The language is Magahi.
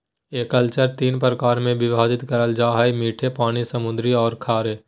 एक्वाकल्चर तीन प्रकार में विभाजित करल जा हइ मीठे पानी, समुद्री औरो खारे